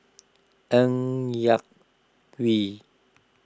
Ng Yak Whee